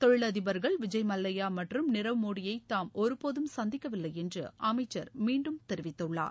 தொழிலதிபர்கள் விஜய் மல்லையா மற்றும் நிரவ் மோடியை தாம் ஒருபோதும் சந்திக்கவில்லை என்று அமைச்சர் மீண்டும் தெரிவித்துள்ளார்